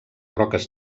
roques